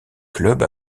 club